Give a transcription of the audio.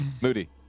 Moody